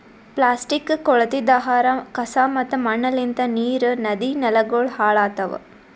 plastic, ಕೊಳತಿದ್ ಆಹಾರ, ಕಸಾ ಮತ್ತ ಮಣ್ಣಲಿಂತ್ ನೀರ್, ನದಿ, ನೆಲಗೊಳ್ ಹಾಳ್ ಆತವ್